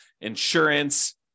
insurance